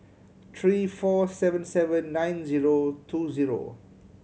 three four seven seven nine zero two zero